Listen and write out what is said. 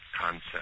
concept